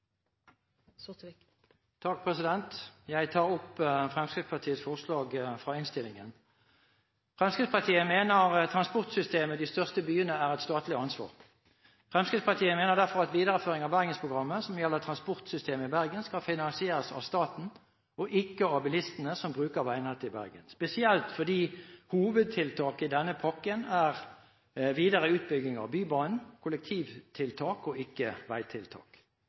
Jeg tar opp Fremskrittspartiets forslag fra innstillingen. Fremskrittspartiet mener transportsystemet i de største byene er et statlig ansvar. Fremskrittspartiet mener derfor at videreføring av Bergensprogrammet, som gjelder transportsystemet i Bergen, skal finansieres av staten og ikke av bilistene som bruker veinettet i Bergen, spesielt fordi hovedtiltaket i denne pakken er videre utbygging av Bybanen; kollektivtiltak og